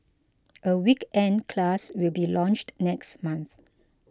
a weekend class will be launched next month